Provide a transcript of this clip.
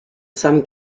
some